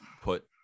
put